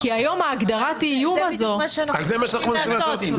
כי היום הגדרת האיום -- זה מה שאנחנו מנסים לעשות.